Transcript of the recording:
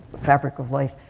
fabric of life,